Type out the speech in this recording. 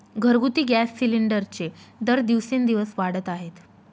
घरगुती गॅस सिलिंडरचे दर दिवसेंदिवस वाढत आहेत